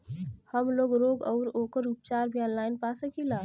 हमलोग रोग अउर ओकर उपचार भी ऑनलाइन पा सकीला?